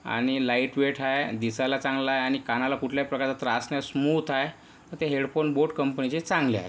आणि लाईटवेट आहे दिसायला चांगला आहे आणि कानाला कुठल्याही प्रकारचा त्रास नाही स्मूथ आहे तर ते हेडफोन बोट कंपनीचे चांगले आहेत